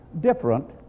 different